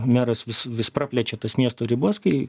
meras vis vis praplečia tas miesto ribas kai